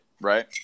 right